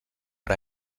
per